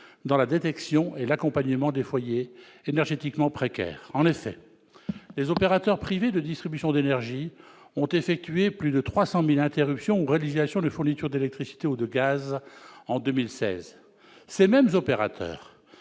dans la détection et l'accompagnement des foyers énergétiquement précaires. En effet, les opérateurs privés de distribution d'énergie ont effectué plus de 300 000 interruptions ou résiliations de fourniture d'électricité ou de gaz en 2016. Ces mêmes opérateurs